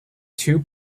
two